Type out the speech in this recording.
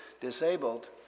disabled